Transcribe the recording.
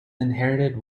inherited